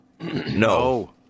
No